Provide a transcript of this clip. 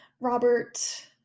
Robert